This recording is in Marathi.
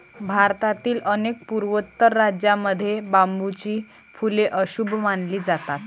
भारतातील अनेक पूर्वोत्तर राज्यांमध्ये बांबूची फुले अशुभ मानली जातात